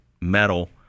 metal